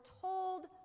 told